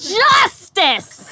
justice